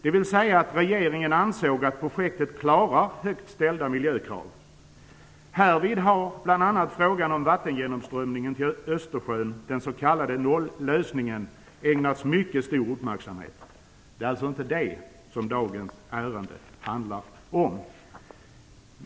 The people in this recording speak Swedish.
Det innebär att regeringen ansåg att projektet klarar högt ställda miljökrav. Härvid har bl.a. frågan om vattengenomströmningen till Östersjön, den s.k. nolllösningen, ägnats mycket stor uppmärksamhet. Det är alltså inte det som dagens ärende handlar om.